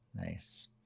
Nice